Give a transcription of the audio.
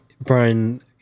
Brian